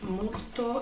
molto